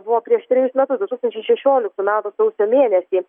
buvo prieš trejus metus du tūkstančiai šešioliktų metų sausio mėnesį